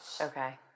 Okay